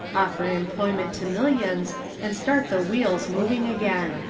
offer employment to millions and start the wheels moving again.